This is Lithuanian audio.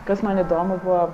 kas man įdomu buvo